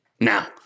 Now